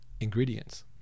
ingredients